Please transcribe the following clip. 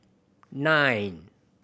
nine